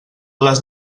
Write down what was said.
les